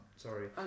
Sorry